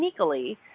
sneakily